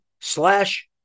slash